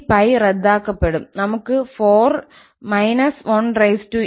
ഈ 𝜋 റദ്ദാക്കപ്പെടും നമ്മൾ ക്ക് 4 −1n𝑛2 ഉണ്ട്